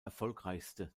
erfolgreichste